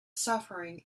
suffering